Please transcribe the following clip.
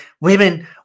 women –